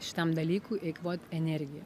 šitam dalykui eikvot energiją